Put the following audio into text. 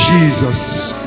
Jesus